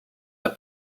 the